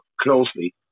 closely